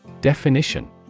Definition